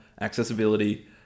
accessibility